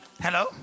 Hello